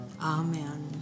amen